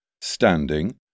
standing